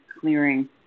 clearing